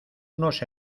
unos